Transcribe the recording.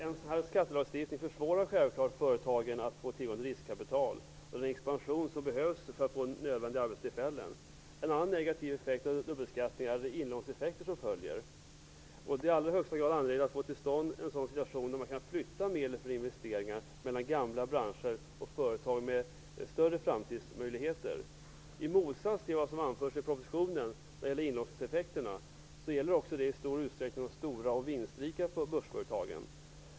En sådan skattelagstiftning försvårar självklart för företagen att få in riskkapital. Vid en expansion behövs det för att skapa nödvändiga arbetstillfällen. En annan negativ effekt av dubbelbeskattningen är inlåsningen. Det är i allra högsta grad angeläget att få till stånd en sådan situation där man kan flytta medel för investeringar mellan gamla branscher och företag med större framtidsmöjligheter. I motsats till vad som anförs i propositionen gäller inlåsningseffekterna i stor utsträckning de stora och vinstrika börsföretagen.